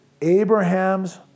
Abraham's